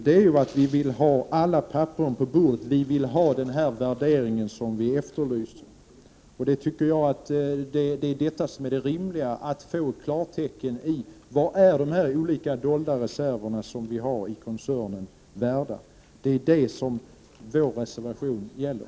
Men vi vill ha alla papperen på bordet, och vi vill ha den värdering som vi efterlyser. Det är rimligt att få klarhet i vad dessa dolda reserver i koncernen är värda. Det är detta vår reservation gäller.